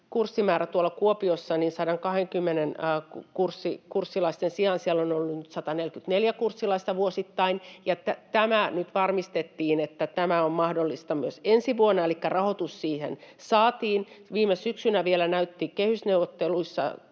tuolla Kuopiossa on 120 kurssilaisen sijaan ollut nyt 144 kurssilaista vuosittain. Tämä nyt varmistettiin, että tämä on mahdollista myös ensi vuonna, elikkä rahoitus siihen saatiin. Viime syksynä vielä näytti kehysneuvotteluissa siltä,